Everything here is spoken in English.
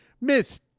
Miss